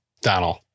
Donald